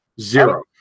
Zero